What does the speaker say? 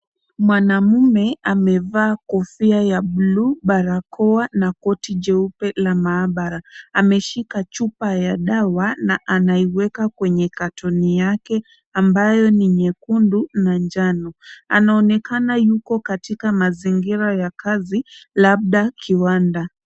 Mwanaume amevaa kofia ya buluu, barakoa na koti jeupe la maabara. Ameshika chupa ya dawa na anaiweka kwenye katoni yake ni nyekundu na njano. Anaonekana akiwa katika mazingira ya kazi labda kiwanda.